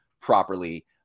properly